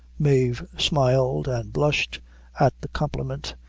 mave smiled and blushed at the compliment,